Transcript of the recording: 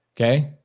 Okay